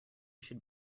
should